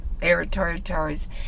territories